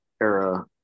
era